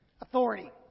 Authority